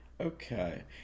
Okay